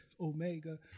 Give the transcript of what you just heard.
Omega